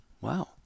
wow